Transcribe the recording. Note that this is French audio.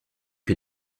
que